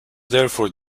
therefore